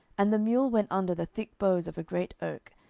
and the mule went under the thick boughs of a great oak,